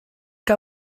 que